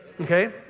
okay